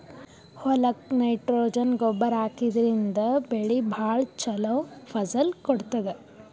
ಹೊಲಕ್ಕ್ ನೈಟ್ರೊಜನ್ ಗೊಬ್ಬರ್ ಹಾಕಿದ್ರಿನ್ದ ಬೆಳಿ ಭಾಳ್ ಛಲೋ ಫಸಲ್ ಕೊಡ್ತದ್